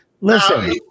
Listen